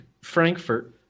Frankfurt